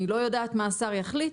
אני לא יודעת מה השר יחליט,